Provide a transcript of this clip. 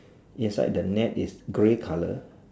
inside the net is grey colour